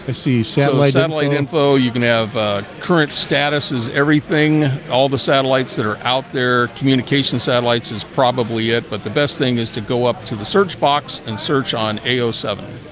see satellite and like and info you can have current status as everything all the satellites that are out there communication satellites is probably it, but the best thing is to go up to the search box and search on a o seven